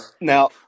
now